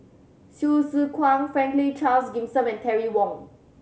Hsu Tse Kwang Franklin Charles Gimson and Terry Wong